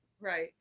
Right